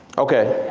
okay,